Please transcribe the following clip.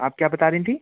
आप क्या बता रही थीं